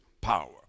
power